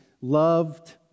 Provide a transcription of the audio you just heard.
loved